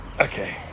Okay